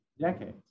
decades